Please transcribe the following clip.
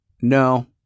No